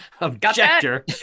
objector